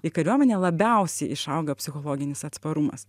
į kariuomenę labiausiai išauga psichologinis atsparumas